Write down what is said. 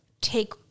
take